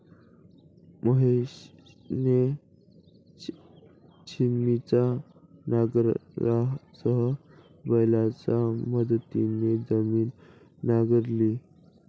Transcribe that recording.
महेशने छिन्नीच्या नांगरासह बैलांच्या मदतीने जमीन नांगरली